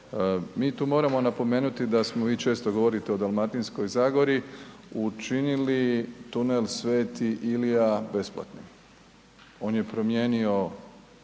mi tu moramo napomenuti da smo, vi često govorite o Dalmatinskoj zagori učinili tunel Sv. Ilija besplatnim. On je promijenio